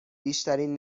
بیشترین